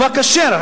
לקנות את הבשר.